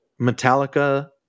Metallica